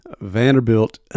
Vanderbilt